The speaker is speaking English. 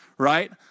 right